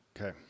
Okay